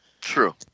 True